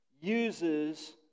uses